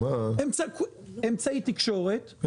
אתה יכול לאפשר לו את הגמישות,